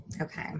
Okay